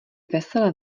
veselé